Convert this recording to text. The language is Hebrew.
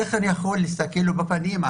איך אני יכול להסתכל לו בעיניים?